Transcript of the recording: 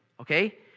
okay